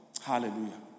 Hallelujah